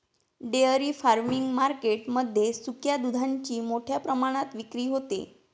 dairy farming market मध्ये सुक्या दुधाची मोठ्या प्रमाणात विक्री होते